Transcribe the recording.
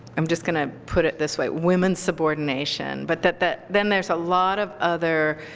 i'm just going to put it this way women's subordination, but that that then there's a lot of other